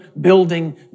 building